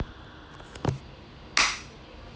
hotel